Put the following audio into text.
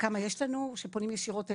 כמה יש לנו שפונים ישירות אלינו?